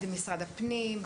משרד הפנים,